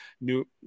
new